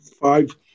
five